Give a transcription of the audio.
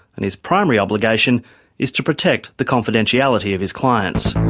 and his primary obligation is to protect the confidentiality of his clients.